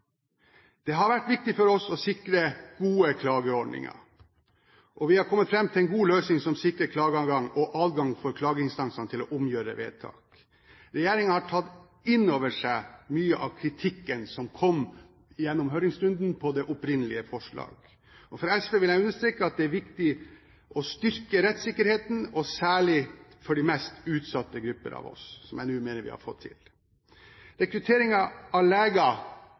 Det har vært viktig for oss å sikre gode klageordninger, og vi har kommet fram til en god løsning, som sikrer klageadgang og adgang for klageinstansene til å omgjøre vedtak. Regjeringen har tatt inn over seg mye av kritikken som kom gjennom høringsrunden mot det opprinnelige forslaget. For SV vil jeg understreke at det er viktig å styrke rettssikkerheten, særlig for de mest utsatte gruppene. Det mener jeg vi nå har fått til. Rekrutteringen av